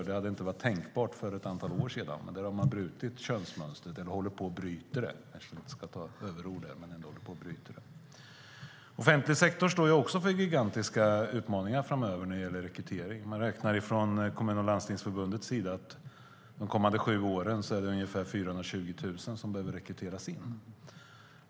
Det hade inte varit tänkbart för ett antal år sedan, nu håller man på att bryta könsmönstret. Offentlig sektor står också inför gigantiska utmaningar framöver vad gäller rekrytering. Sveriges Kommuner och Landsting räknar med att det de kommande sju åren behöver rekryteras ungefär 420 000.